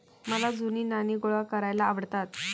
मला जुनी नाणी गोळा करायला आवडतात